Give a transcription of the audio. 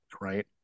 right